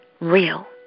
real